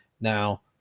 Now